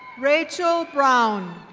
rachel brown.